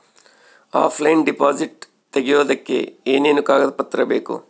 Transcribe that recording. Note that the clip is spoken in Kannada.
ಆಫ್ಲೈನ್ ಡಿಪಾಸಿಟ್ ತೆಗಿಯೋದಕ್ಕೆ ಏನೇನು ಕಾಗದ ಪತ್ರ ಬೇಕು?